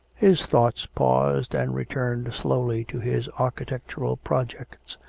his thoughts paused, and returned slowly to his architectural projects.